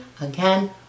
Again